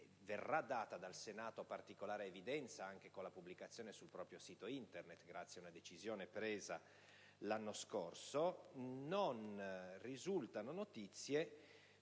verrà data dal Senato particolare evidenza, anche con la pubblicazione sul proprio sito Internet, grazie ad una decisione assunta l'anno scorso, non risultano notizie